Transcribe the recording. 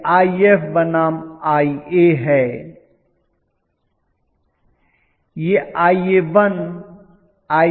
यह If बनाम Ia है